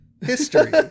history